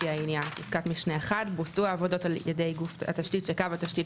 לפי העניין: בוצעו העבודות על ידי גוף התשתית שקו התשתית